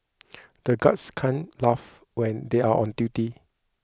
the guards can't laugh when they are on duty